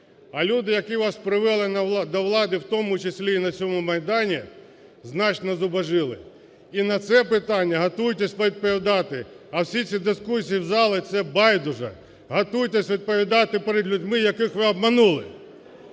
а люди, які вас привели до влади, в тому числі і на цьому Майдані, значно ззубожіли. І на це питання готуйтесь відповідати, а всі ці дискусії зали – це байдуже, готуйтесь відповідати перед людьми яких ви обманули.